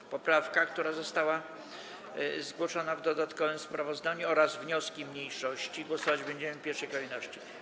Nad poprawką, która została zgłoszona w dodatkowym sprawozdaniu, oraz wnioskami mniejszości głosować będziemy w pierwszej kolejności.